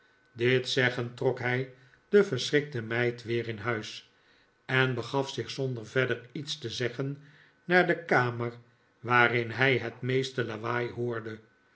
dit zeggend trok bij de verschrikte meid weer in huis en begaf zich zonder verder iets te zeggen naar de kamer waarin hij het meeste lawaai hoorde